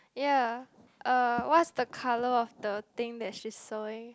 ya uh what's the color of the thing that she sewing